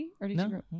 No